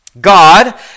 God